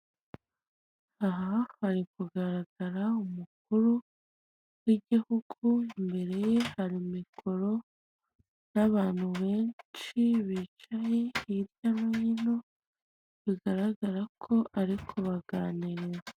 Aha hari kugaragara umukuru w'igihugu, imbere ye hari mikoro, n'abantu benshi bicaye hirya no hino, bigaragara ko ariko kubaganiriza.